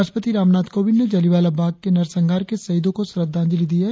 राष्ट्रपति रामनाथ कोविंद ने जलियांवाला बाग के नरसंहार के शहीदों को श्रद्धांजलि दी है